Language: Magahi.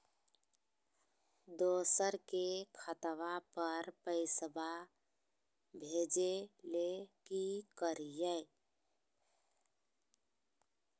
दोसर के खतवा पर पैसवा भेजे ले कि करिए?